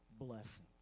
blessing